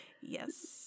Yes